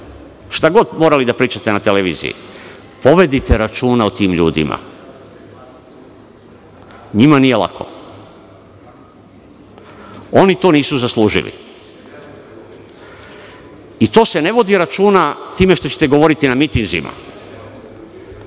šta god morali da pričate na televiziji, povedite računa o tim ljudima. Njima nije lako. Oni to nisu zaslužili. To se ne vodi računa time što ćete govoriti na mitinzima